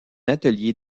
atelier